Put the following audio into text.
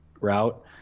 route